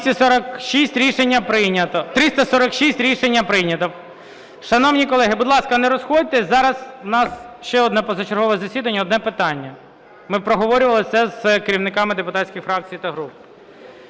За-346 Рішення прийнято. Шановні колеги, будь ласка, не розходьтеся, зараз у нас ще одне позачергове засідання, одне питання. Ми проговорювали це з керівниками депутатських фракцій та груп.